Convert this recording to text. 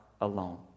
alone